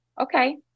Okay